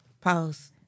Pause